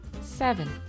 Seven